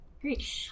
Great